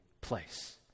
place